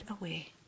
away